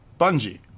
Bungie